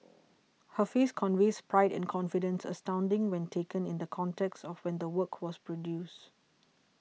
her face conveys pride and confidence astounding when taken in the context of when the work was produced